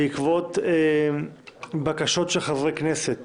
בעקבות בקשות של חברי כנסת